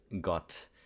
got